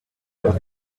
with